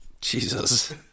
Jesus